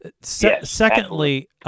Secondly